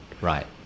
Right